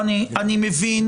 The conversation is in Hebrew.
אני מבין